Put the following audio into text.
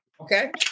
Okay